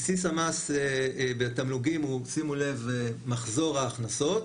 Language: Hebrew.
בסיס המס בתמלוגים, שימו לב, הוא מחזור ההכנסות,